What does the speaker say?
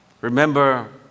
Remember